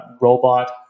robot